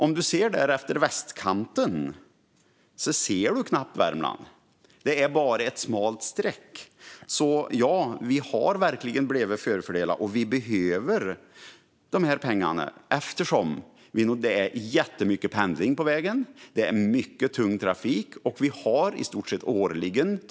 Om man tittar på västkanten ser man knappt Värmland - det är bara ett smalt streck - så ja, vi har verkligen blivit förfördelade. Vi behöver de här pengarna eftersom det är jättemycket pendling på vägen och mycket tung trafik. Tyvärr har vi dödsolyckor i stort sett årligen.